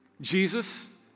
Jesus